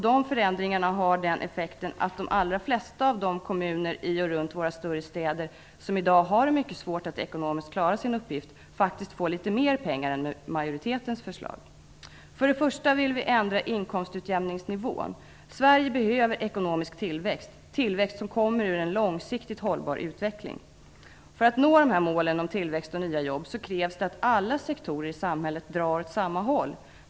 De förändringarna har den effekten att de allra flesta av de kommuner i och runt våra större städer som i dag har mycket svårt att ekonomiskt klara sin uppgift faktiskt får litet mera pengar än med majoritetens förslag. För det första vill vi ändra inkomstutjämningsnivån. Sverige behöver ekonomisk tillväxt - tillväxt som kommer ur en långsiktigt hållbar utveckling. För att nå dessa mål om tillväxt och nya jobb krävs att alla sektorer i samhället drar åt samma håll.